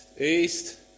east